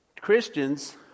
Christians